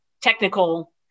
technical